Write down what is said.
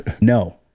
no